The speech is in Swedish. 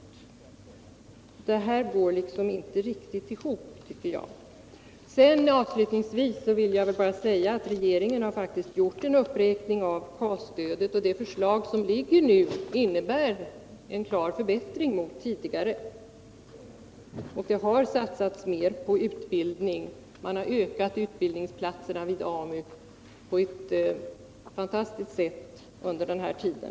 Nu tycker ni att 65 kr. per dag är för litet. Det här går inte riktigt ihop, tycker jag. Avslutningsvis vill jag bara säga att regeringen gjort en uppräkning av basstödet. Det förslag som nu föreligger innebär en klar förbättring jämfört med tidigare. Det har satsats mer på utbildning. Man har ökat antalet utbildningsplatser inom AMU på ett fantastiskt sätt under den här tiden.